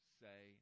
say